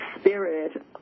spirit